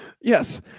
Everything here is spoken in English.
yes